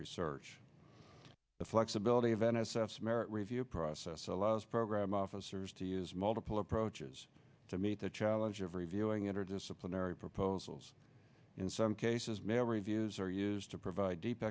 research the flexibility of n a s a s merit review process allows program officers to use multiple approaches to meet the challenge of reviewing interdisciplinary proposals in some cases may reviews are used to provide deep